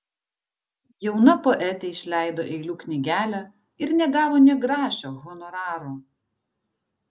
jauna poetė išleido eilių knygelę ir negavo nė grašio honoraro